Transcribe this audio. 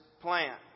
plant